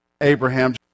Abraham